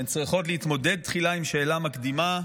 הן צריכות להתמודד תחילה עם שאלה מקדימה: